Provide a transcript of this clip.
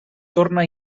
torna